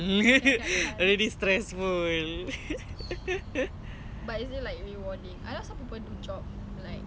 it wasn't it was just a moment then I'm like come back to reality oh no